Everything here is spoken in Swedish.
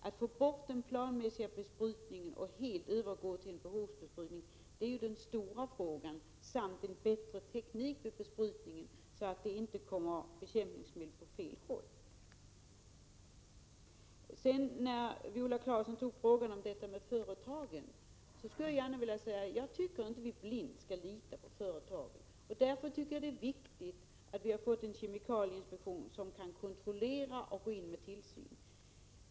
Att få bort den planmässiga besprutningen och helt övergå till behovsbesprutning är den stora frågan, samtidigt med en bättre teknik vid själva besprutningen, så att det inte kommer bekämpningsmedel på fel håll. Jag tycker inte att vi blint skall lita på företagen. Därför tycker jag det är bra att vi har fått en kemikalieinspektion som kan kontrollera och gå in med tillsyn.